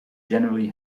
generally